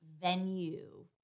venue